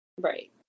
right